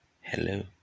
hello